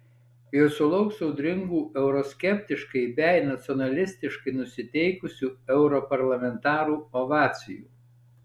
ir sulauks audringų euroskeptiškai bei nacionalistiškai nusiteikusių europarlamentarų ovacijų